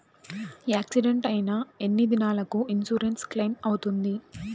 Accident అయిన ఎన్ని దినాలకు ఇన్సూరెన్సు క్లెయిమ్ అవుతుంది?